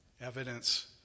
evidence